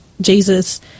Jesus